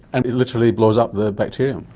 and it literally blows up the bacteria. um